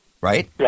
right